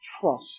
trust